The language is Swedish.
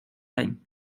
dig